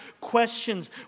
questions